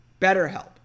BetterHelp